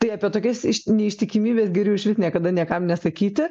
tai apie tokias neištikimybes geriau išvis niekada niekam nesakyti